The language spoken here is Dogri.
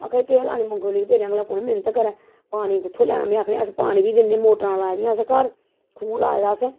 आखा दी केह् लानी मुगफली तेरे आंह्गर कुन मेह्नत करै पानी कुत्थुं लैना में आक्खनी पानी बी दिन्ने असैं मोटरां लाई दियां घर खूह् लाए दा असें